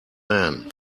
man